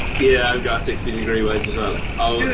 yeah, i've got a sixty degree wedge as ah